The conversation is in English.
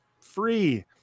free